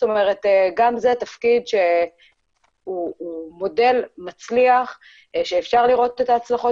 גם זה תפקיד שהוא מודל מצליח שאפשר לראות את ההצלחות